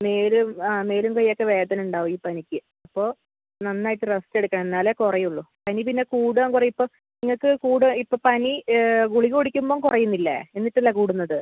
മേല് ആ മേലും കയ്യൊക്കെ വേദന ഉണ്ടാവും ഈ പനിക്ക് അപ്പോൾ നന്നായിട്ട് റെസ്റ്റ് എടുക്കണം എന്നാലേ കുറയുള്ളൂ പനി പിന്നെ കൂടുകയും കുറയുകയും ഇപ്പം നിങ്ങൾക്ക് കൂടുക ഇപ്പം പനി ഗുളിക കുടിക്കുമ്പം കുറയുന്നില്ലേ എന്നിട്ടല്ലേ കൂടുന്നത്